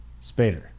Spader